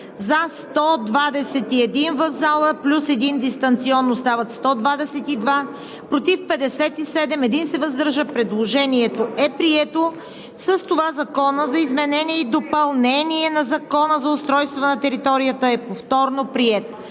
за 121 в залата плюс един дистанционно – стават 122, против 57, въздържал се 1. Предложението е прието. С това Законът за изменение и допълнение на Закона за устройство на територията е повторно приет.